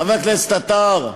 חבר הכנסת עטר,